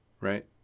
right